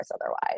otherwise